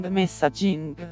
messaging